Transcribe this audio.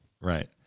Right